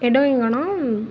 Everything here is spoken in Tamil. இடம் எங்கேனா